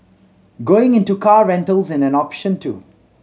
going into car rentals in an option too